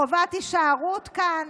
חובת הישארות כאן.